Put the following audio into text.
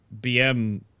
BM